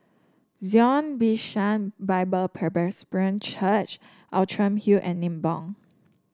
Zion Bishan Bible Presbyterian Church Outram Hill and Nibong